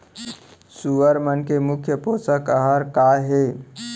सुअर मन के मुख्य पोसक आहार का हे?